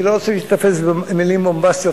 אני לא רוצה להיתפס במלים בומבסטיות,